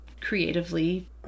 creatively